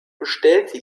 bestellte